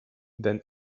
than